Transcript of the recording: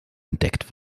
entdeckt